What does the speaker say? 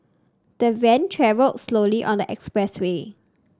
the van travelled slowly on the expressway